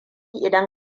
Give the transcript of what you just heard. idan